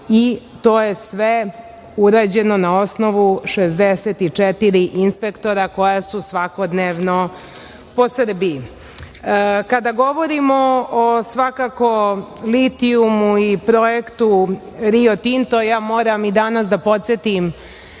i to je sve urađeno na osnovu 64 inspektora koja su svakodnevno po Srbiji. Kada govorimo svakako o litijumu i projektu Rio Tinto, moram i danas da podsetim